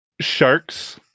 sharks